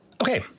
Okay